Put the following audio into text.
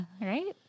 right